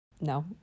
no